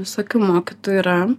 visokių mokytojų yra